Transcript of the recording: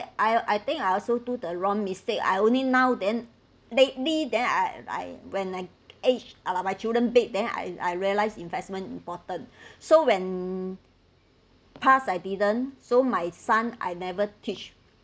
I I think I also to the wrong mistake I only now then lately then I I when I age ah my children big then I I realize investment important so when pass I didn't so my son I never teach